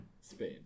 Spain